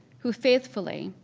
who faithfully,